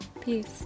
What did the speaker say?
Peace